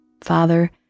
Father